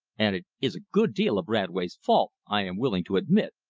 and it is a good deal of radway's fault, i am willing to admit,